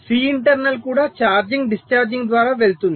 Cinternal కూడా charging discharging ద్వారా వెళ్తుంది